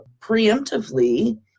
preemptively